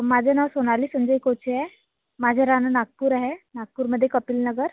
माझं नाव सोनाली संजय कोचे आहे माझं राहाणं नागपूर आहे नागपूरमध्ये कपिल नगर